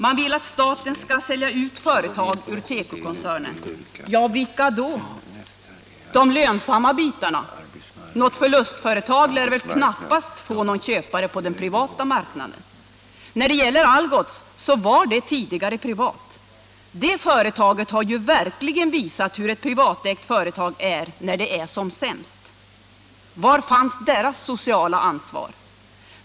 Man vill att staten skall sälja ut företag ur tekokoncernen. Vilka då? De lönsamma bitarna? Något förlustföretag lär väl knappast få någon köpare på den privata marknaden. När det gäller Algots så var det tidigare privat. Det företaget har ju verkligen visat hur ett privatägt företag är när det är som sämst. Var fanns deras sociala ansvar?